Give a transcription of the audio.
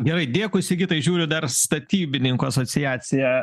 gerai dėkui sigitai žiūriu dar statybininkų asociaciją